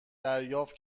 دریافت